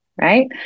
right